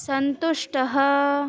सन्तुष्टः